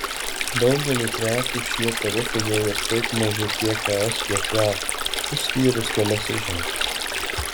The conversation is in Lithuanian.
daugeliui prekių šie tarifai jau ir taip maži tiek es tiek jav išskyrus kelias išimtis